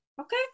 Okay